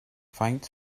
faint